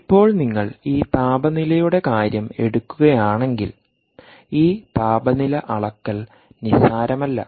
ഇപ്പോൾ നിങ്ങൾ ഈ താപനിലയുടെ കാര്യം എടുക്കുകയാണെങ്കിൽ ഈ താപനില അളക്കൽ നിസ്സാരമല്ല